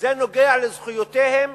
וזה נוגע לזכויותיהם